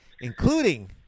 including